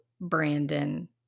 Brandon